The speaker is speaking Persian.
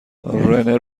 رنو